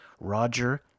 roger